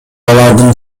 алардын